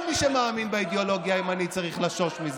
כל מי שמאמין באידיאולוגיה הימנית צריך לחשוש מזה.